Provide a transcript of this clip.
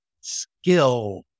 skill